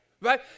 right